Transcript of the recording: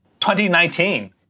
2019